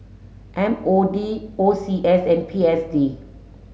M O D O C S and P S D